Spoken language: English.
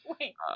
wait